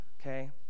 okay